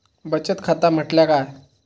बचत खाता म्हटल्या काय?